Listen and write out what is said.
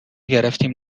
گرفتیم